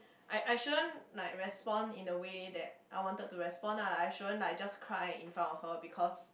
I I shouldn't like respond in a way that I wanted to respond ah like I shouldn't like just cry in front of her because